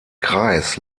kreis